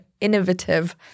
innovative